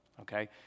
okay